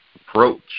approach